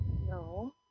No